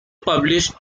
published